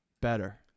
better